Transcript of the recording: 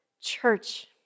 Church